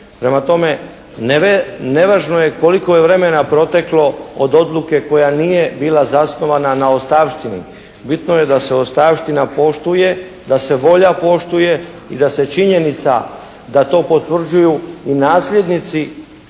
Prema tome, nevažno je koliko je vremena proteklo od odluke koja nije bila zasnovana na ostavštini. Bitno je da se ostavština poštuje, da se volja poštuje i sa se činjenica da to potvrđuju i nasljednici,